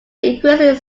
increases